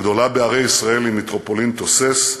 הגדולה בערי ישראל היא מטרופולין תוססת.